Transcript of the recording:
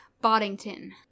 Boddington